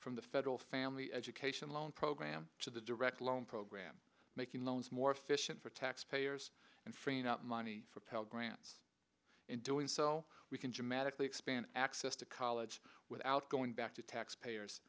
from the federal family education loan program to the direct loan program making loans more efficient for taxpayers and freeing up money for pell grants in doing so we can dramatically expand access to college without going back to taxpayers